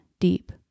deep